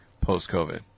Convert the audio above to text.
post-COVID